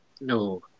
No